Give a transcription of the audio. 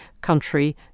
country